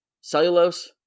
cellulose